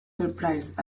surprised